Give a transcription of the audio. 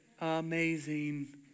amazing